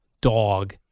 dog